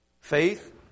Faith